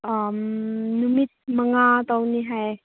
ꯅꯨꯃꯤꯠ ꯃꯉꯥ ꯇꯧꯅꯤ ꯍꯥꯏ